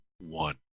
one